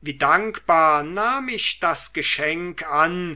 wie dankbar nahm ich das geschenk an